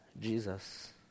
jesus